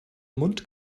mund